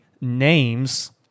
names